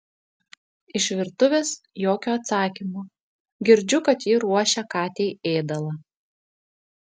iš virtuvės jokio atsakymo girdžiu kad ji ruošia katei ėdalą